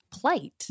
plight